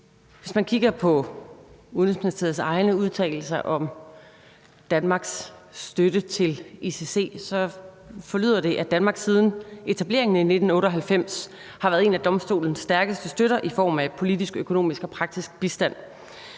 Hvis man kigger på Udenrigsministeriets egne udtalelser om Danmarks støtte til ICJ, forlyder det, at Danmark siden etableringen i 1998 har været en af domstolens stærkeste støtter i form af politisk, økonomisk og praktisk bistand.